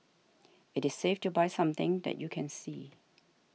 it is safer to buy something that you can see